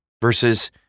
versus